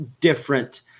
different